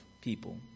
people